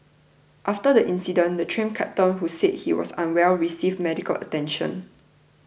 after the incident the Train Captain who said he was unwell received medical attention